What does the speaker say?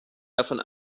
davon